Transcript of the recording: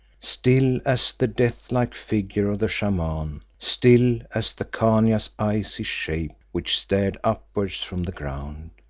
still as the death-like figure of the shaman, still as the khania's icy shape which stared upwards from the ground.